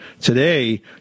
today